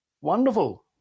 wonderful